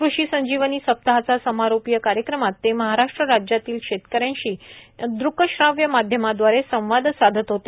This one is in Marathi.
कृषी संजीवनी सप्ताहाचा समारोपीय कार्यक्रमात ते महाराष्ट्र राज्यातील शेतकऱ्यांची व्हीसीदवारे संवाद साधत होते